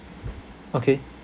okay